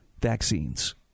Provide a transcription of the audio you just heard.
vaccines